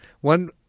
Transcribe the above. one